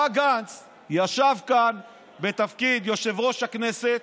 בא גנץ, ישב כאן בתפקיד יושב-ראש הכנסת,